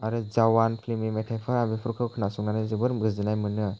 आरो जवान फिल्मनि मेथाइफोर आं बेफोरखौ खोनासंनानै जोबोर गोजोननाय मोनो